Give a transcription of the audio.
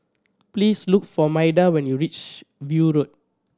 please look for Maida when you reach View Road